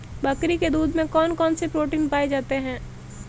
बकरी के दूध में कौन कौनसे प्रोटीन पाए जाते हैं?